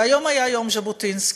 והיום היה יום ז'בוטינסקי,